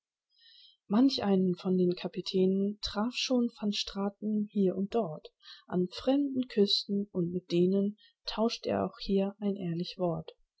manch einen von den kapitänen traf schon van straten hier und dort an fremden küsten und mit denen tauscht er auch hier ein ehrlich wort